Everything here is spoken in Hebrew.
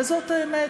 וזאת האמת,